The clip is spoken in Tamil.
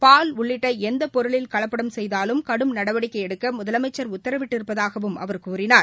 பால் உள்ளிட்டஎந்தபொருளில் கலப்படம் செய்தாலும் கடும் நடவடிக்கைஎடுக்கமுதலமைச்சர் உத்தரவிட்டிருப்பதாகவும் அவர் கூறினார்